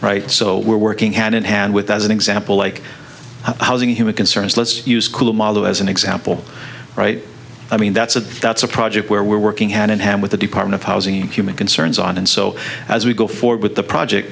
right so we're working hand in hand with as an example like housing human concerns let's use cool model as an example right i mean that's a that's a project where we're working hand in hand with the department of housing human concerns on and so as we go forward with the project